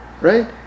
right